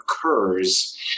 occurs